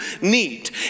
need